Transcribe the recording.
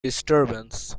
disturbance